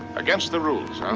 against the rules, huh?